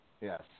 Yes